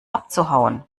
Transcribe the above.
abzuhauen